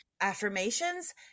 affirmations